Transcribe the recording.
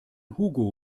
hugo